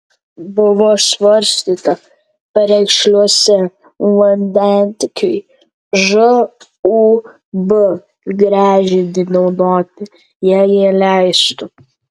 buvo svarstyta perekšliuose vandentiekiui žūb gręžinį naudoti jei jie leistų